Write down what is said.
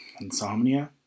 insomnia